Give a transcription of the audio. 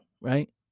right